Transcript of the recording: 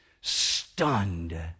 stunned